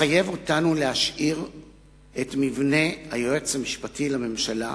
מחייב אותנו להשאיר את מבנה היועץ המשפטי לממשלה,